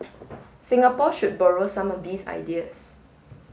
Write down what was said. Singapore should borrow some of these ideas